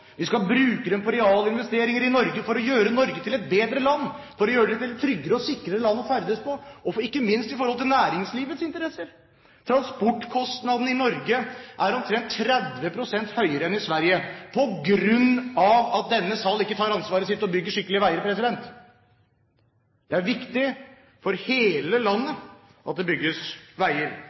på realinvesteringer i Norge for å gjøre Norge til et bedre land, for å gjøre det til et tryggere og sikrere land å ferdes i, og ikke minst med tanke på næringslivets interesser. Transportkostnadene i Norge er omtrent 30 pst. høyere enn i Sverige, på grunn av at denne sal ikke tar ansvaret sitt og bygger skikkelige veier. Det er viktig for hele landet at det bygges veier,